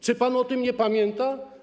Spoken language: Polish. Czy pan o tym nie pamięta?